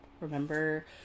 Remember